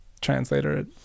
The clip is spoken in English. Translator